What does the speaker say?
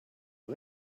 you